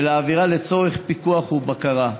ולהעבירה לצורך פיקוח ובקרה.